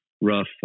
rough